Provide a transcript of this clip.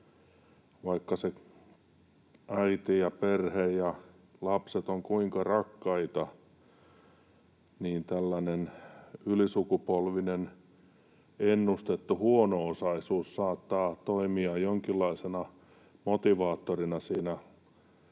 vaikka se äiti ja perhe ja lapset ovat kuinka rakkaita, niin tällainen ylisukupolvinen ennustettu huono-osaisuus saattaa toimia jonkinlaisena motivaattorina jopa